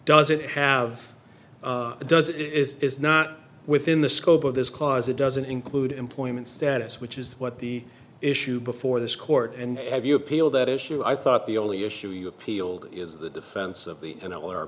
doesn't have does it is not within the scope of this clause it doesn't include employment status which is what the issue before this court and have you appeal that issue i thought the only issue you appealed is the defense of the